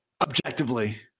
objectively